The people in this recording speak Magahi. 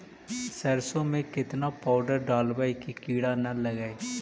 सरसों में केतना पाउडर डालबइ कि किड़ा न लगे?